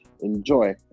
enjoy